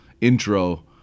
intro